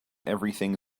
everything